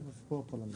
אנחנו עוברים